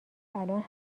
الان